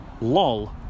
LOL